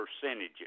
percentages